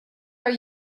are